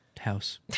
house